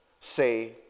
say